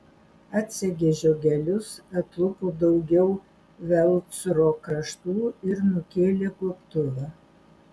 atsegė žiogelius atlupo daugiau velcro kraštų ir nukėlė gobtuvą